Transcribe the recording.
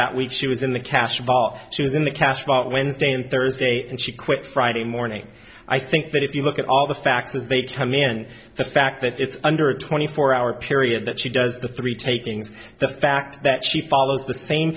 that we've she was in the cash bar she was in the cast about wednesday and thursday and she quit friday morning i think that if you look at all the facts as they come in the fact that it's under a twenty four hour period that she does the three takings the fact that she follows the same